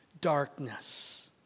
darkness